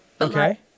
okay